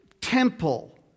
temple